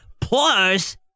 Plus